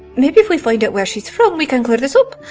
maybe if we find out where she's from we can clear this up.